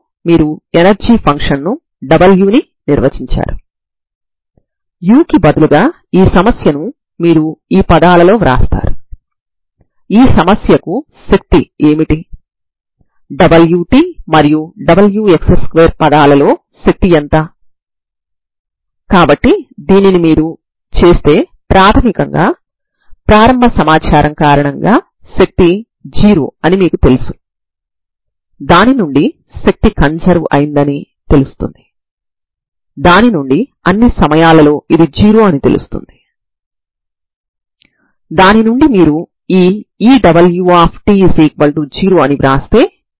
మనం f మరియు g లకు ఆర్బిట్రేరి ప్రారంభ సమాచారాన్ని ఇవ్వగలము మరియు సరిహద్దు సమాచారం మాత్రమే రెండు చివరలా నిర్ణయించబడి ఉంటుంది